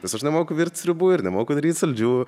nes aš nemoku virt sriubų ir nemoku daryt saldžių